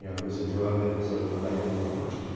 yeah it was a drug that was ah available to her.